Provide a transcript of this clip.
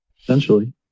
essentially